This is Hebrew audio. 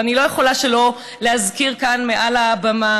ואני לא יכולה שלא להזכיר כאן מעל הבמה